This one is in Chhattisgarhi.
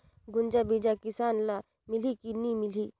गुनजा बिजा किसान ल मिलही की नी मिलही?